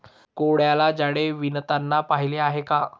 कोळ्याला जाळे विणताना पाहिले आहे का?